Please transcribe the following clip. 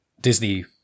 Disney